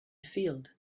field